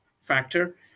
factor